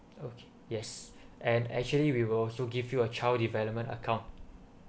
okay yes and actually we will alsoo give you a child development account